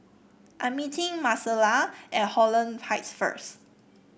I'm meeting Marcella at Holland Heights first